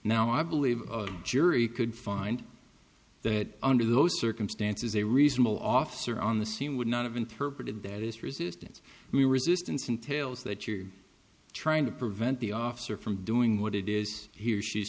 now i believe a jury could find that under those circumstances a reasonable officer on the scene would not have interpreted that this resistance we were existence entails that you're trying to prevent the officer from doing what it is he or she is